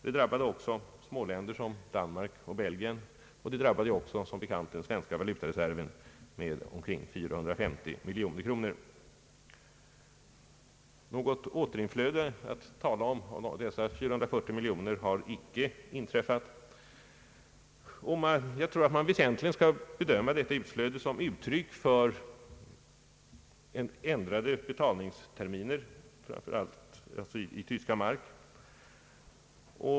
Det drabbade också småländer som Danmark och Belgien, och det drabbade som bekant också den svenska valutareserven med omkring 450 miljoner kronor. Något återinflöde att tala om av dessa — för att vara exakt — 445 miljoner har icke inträffat. Jag tror att man väsentligen skall bedöma detta utflöde som uttryck för ändrade betalningsterminer, framför allt i D-mark.